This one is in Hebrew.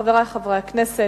חברי חברי הכנסת,